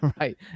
right